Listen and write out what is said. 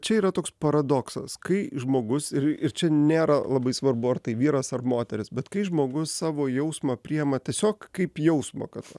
čia yra toks paradoksas kai žmogus ir ir čia nėra labai svarbu ar tai vyras ar moteris bet kai žmogus savo jausmą priima tiesiog kaip jausmą kad